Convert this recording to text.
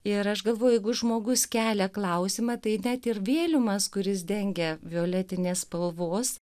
ir aš galvoju jeigu žmogus kelia klausimą tai net ir vėliumas kuris dengia violetinės spalvos